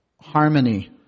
harmony